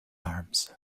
arms